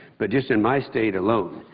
but just in my state alone,